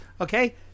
okay